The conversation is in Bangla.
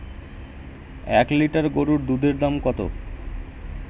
এক লিটার গোরুর দুধের দাম কত?